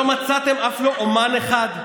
לא מצאתם אף לא אומן אחד,